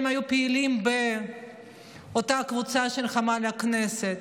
הם היו פעילים באותה קבוצה של חמ"ל הכנסת.